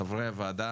חברי הוועדה